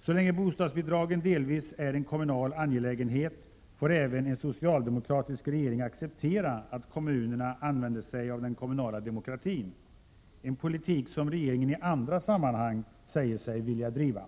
Så länge bostadsbidragen delvis är en kommunal angelägenhet får även en socialdemokratisk regering acceptera att kommunerna använder sig av den kommunala demokratin, en politik som regeringen i andra sammanhang 101 säger sig vilja driva.